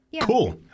Cool